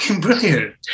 brilliant